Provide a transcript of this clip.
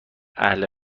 اهل